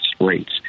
rates